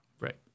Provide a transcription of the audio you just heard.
Right